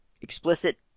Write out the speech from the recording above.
explicit